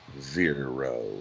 zero